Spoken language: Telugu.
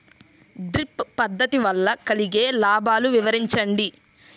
డ్రిప్ పద్దతి వల్ల కలిగే లాభాలు వివరించండి?